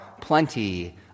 plenty